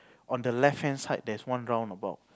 on the left hand side there's one roundabout